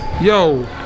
Yo